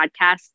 podcast